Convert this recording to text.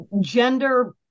gender